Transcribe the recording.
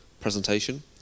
presentation